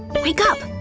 wake up!